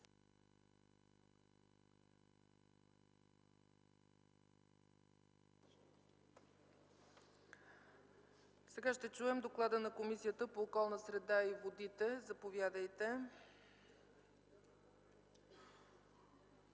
Сега ще чуем доклада на Комисията по околната среда и водите. Заповядайте.